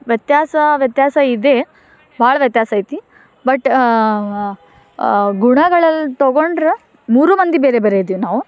ವ್ಯತ್ಯಾಸ ವ್ಯತ್ಯಾಸ ಇದೆ ಭಾಳ ವ್ಯತ್ಯಾಸ ಐತಿ ಬಟ್ ಗುಣಗಳಲ್ಲಿ ತಗೊಂಡ್ರೆ ಮೂರು ಮಂದಿ ಬೇರೆ ಬೇರೆ ಇದ್ದೀವಿ ನಾವು